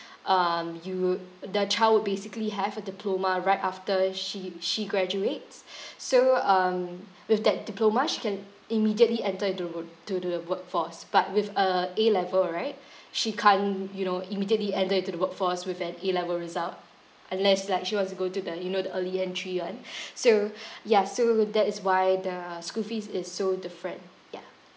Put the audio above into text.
um you wou~ the child would basically have a diploma right after she she graduates so um with that diploma she can immediately enter into route to to the workforce but with a A level right she can't you know immediately enter into the workforce with an A level result unless like she wants to go to the you know the early entry one so ya so that is why the school fees is so different yeah